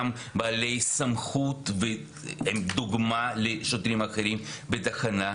גם בעלי סמכות והם דוגמה לשוטרים אחרים בתחנה,